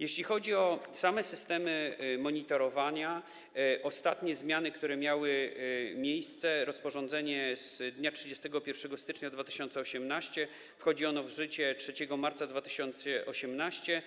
Jeśli chodzi o systemy monitorowania i ostatnie zmiany, jakie miały miejsce, rozporządzenie z dnia 31 stycznia 2018 r. wchodzi w życie 3 marca 2018 r.,